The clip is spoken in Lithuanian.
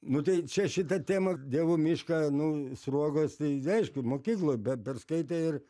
nu tai čia šita tema dievų mišką nu sruogos tai aišku mokykloj beperskaitę ir